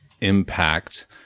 impact